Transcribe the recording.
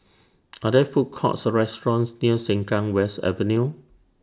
Are There Food Courts Or restaurants near Sengkang West Avenue